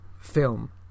film